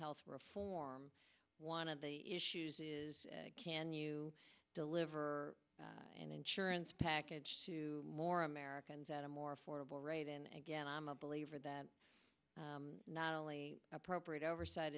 health reform one of the issues can you deliver an insurance package to more americans at a more affordable rate and again i'm a believer that not only appropriate oversight